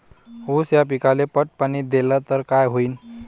ऊस या पिकाले पट पाणी देल्ल तर काय होईन?